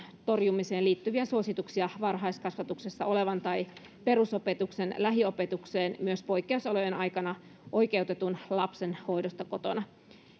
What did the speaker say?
torjumiseen liittyviä suosituksia varhaiskasvatuksessa olevan tai perusopetuksen lähiopetukseen myös poikkeusolojen aikana oikeutetun lapsen hoidosta kotona